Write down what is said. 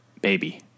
baby